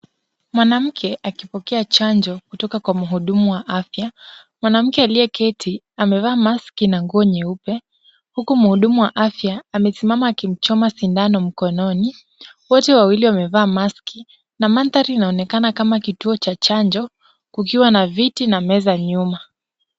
Mwanamke akipokea chanjo kutoka kwa mhudumu wa afya. Mwanamke aliyeketi amevaa maski na nguo nyeupe, huku mhudumu wa afya amesimama akimchoma sindano mkononi. Wote wawili wamevaa maski na mandhari, inaonekana kama kituo cha chanjo, kukiwa na viti na meza nyuma.